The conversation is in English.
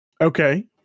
Okay